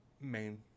main